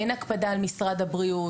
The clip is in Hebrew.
אין הקפדה על משרד הבריאות.